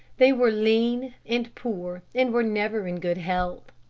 they were lean and poor, and were never in good health.